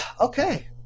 Okay